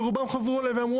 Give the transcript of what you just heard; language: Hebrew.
ורובם חזרו אליי ואמרו,